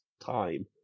time